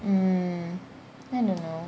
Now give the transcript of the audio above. mm I don't know